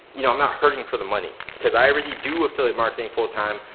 you know i'm not hurting for the money cause i already do affiliate marketing full-time,